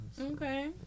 Okay